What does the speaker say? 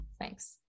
Thanks